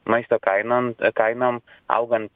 maisto kainom kainom augant